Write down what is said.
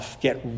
Get